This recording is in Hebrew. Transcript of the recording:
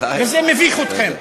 וזה מביך אתכם.